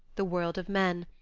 the world of men,